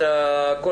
לא